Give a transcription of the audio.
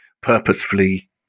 purposefully